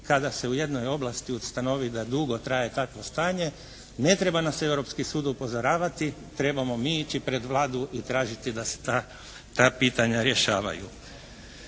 kada se u jednoj oblasti ustanovi da dugo traje takvo stanje ne treba nas Europski sud upozoravati trebamo mi ići pred Vladu i tražiti da se ta pitanja rješavaju.